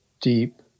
deep